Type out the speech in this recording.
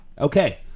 Okay